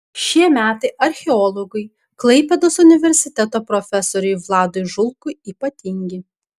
šie metai archeologui klaipėdos universiteto profesoriui vladui žulkui ypatingi